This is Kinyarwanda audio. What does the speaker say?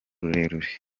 rurerure